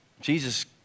Jesus